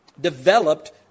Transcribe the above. developed